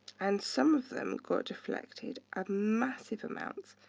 and some of them got deflected at massive amounts.